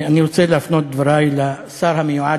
אני רוצה להפנות את דברי לשר המיועד